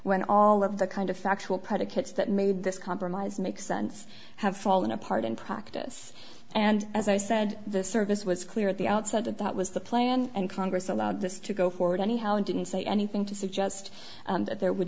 when all of the kind of factual predicates that made this compromise make sense have fallen apart in practice and as i said the service was clear at the outset that that was the plan and congress allowed this to go forward anyhow and didn't say anything to suggest that there would